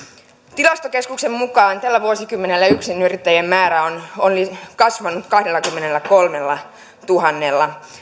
tilastokeskuksen mukaan tällä vuosikymmenellä yksinyrittäjien määrä on on kasvanut kahdellakymmenelläkolmellatuhannella